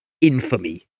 Infamy